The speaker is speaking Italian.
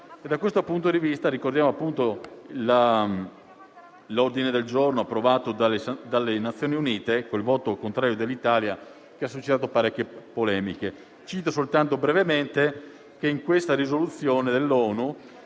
Da questo punto di vista, ricordiamo la risoluzione approvata dalle Nazioni Unite con il voto contrario dell'Italia, che ha suscitato parecchie polemiche. Brevemente in questa risoluzione dell'ONU